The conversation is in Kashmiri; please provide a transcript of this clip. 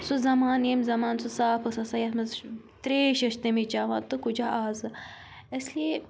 سُہ زَمانہٕ ییٚمہِ زَمانہٕ سُہ صاف ٲس آسان یَتھ منٛز ترٛیش ٲسۍ تَمے چٮ۪وان تہٕ کُجا آزٕ اس لیے